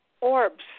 orbs